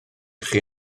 chi